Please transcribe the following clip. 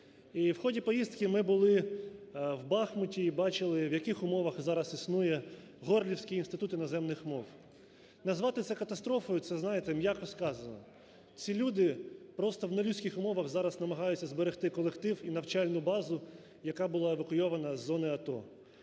І в ході поїздки ми були в Бахмуті і бачили, в яких умовах зараз існує Горлівський інститут іноземних мов. Назвати це катастрофою, це, знаєте, м'яко сказано. Ці люди просто в нелюдських умовах зараз намагаються зберегти колектив і навчальну базу, яка була евакуйована з зони АТО.